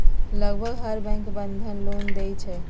लगभग हर बैंक बंधन लोन देई छई